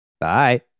Bye